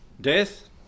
death